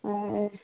এই